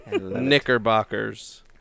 knickerbockers